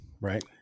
Right